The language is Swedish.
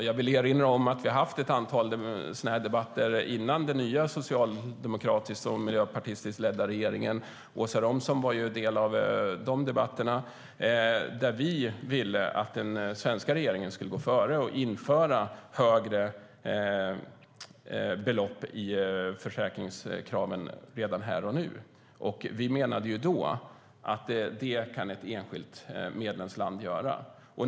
Jag vill erinra om att vi hade ett antal sådana här debatter innan den nya socialdemokratiskt och miljöpartistiskt ledda regeringen tillträdde. Åsa Romson deltog i de debatterna. Vi ville att den svenska regeringen skulle gå före och införa högre belopp i försäkringskraven här och nu. Vi menade då att ett enskilt medlemsland kan göra det.